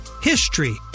HISTORY